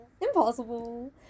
Impossible